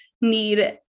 need